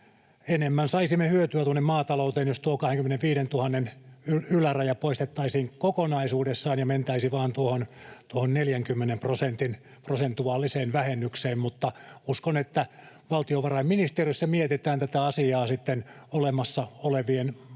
enemmän saisimme hyötyä tuonne maatalouteen, jos tuo 25 000:n yläraja poistettaisiin kokonaisuudessaan ja mentäisiin vain tuohon 40 prosentin prosentuaaliseen vähennykseen, mutta uskon, että valtiovarainministeriössä mietitään tätä asiaa sitten olemassa olevien varausvarojen